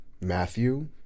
Matthew